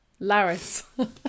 Laris